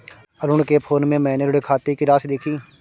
अरुण के फोन में मैने ऋण खाते की राशि देखी